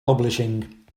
publishing